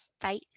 Bye